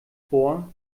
bor